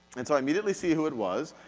and so i immediately see who it was,